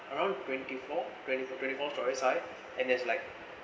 around twenty four twenty four twenty four storeys high and there's like